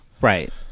right